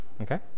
Okay